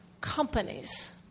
companies